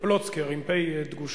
פלוצקר, עם פ"א דגושה.